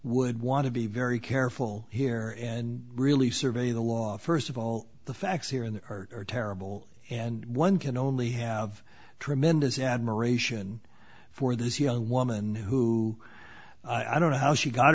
would want to be very careful here and really survey the law first of all the facts here in the earth are terrible and one can only have tremendous admiration for this young woman who i don't know how she got